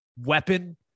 weapon